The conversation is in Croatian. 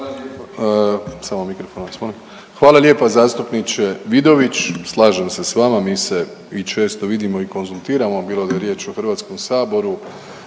Hvala lijepo zastupniče Vidović. Slažem se s vama mi se i često vidimo i konzultiramo, bilo da je riječ o Hrvatskom saboru